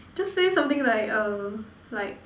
just say something like err like